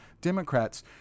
Democrats